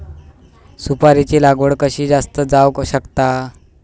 सुपारीची लागवड कशी जास्त जावक शकता?